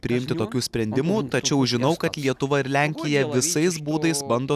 priimti tokių sprendimų tačiau žinau kad lietuva ir lenkija visais būdais bando